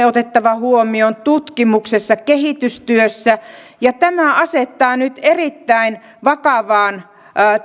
otettava tämä huomioon omassa koulutuksessamme tutkimuksessamme kehitystyössämme tämä asettaa nyt erittäin vakavaan